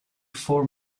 four